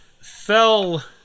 fell